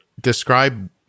describe